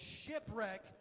shipwreck